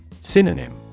Synonym